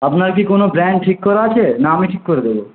আপনার কি কোনো ব্র্যান্ড ঠিক করা আছে না আমি ঠিক করে দেবো